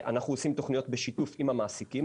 אנחנו עושים תכניות בשיתוף עם המעסיקים,